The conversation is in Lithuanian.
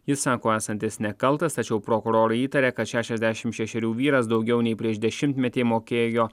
jis sako esantis nekaltas tačiau prokurorai įtaria kad šešiasdešim šešerių vyras daugiau nei prieš dešimtmetį mokėjo